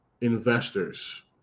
investors